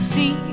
See